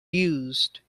used